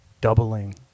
doubling